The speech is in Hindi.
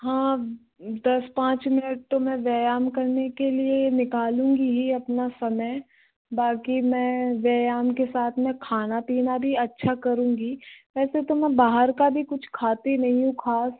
हाँ दस पाँच मिनट तो मैं व्यायाम करने के लिए निकालूंगी ही अपना समय बाकी मैं व्यायाम के साथ मैं खाना पीना भी अच्छा करूँगी वैसे तो मैं बाहर का भी कुछ खाती नहीं हूँ खास